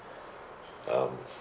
um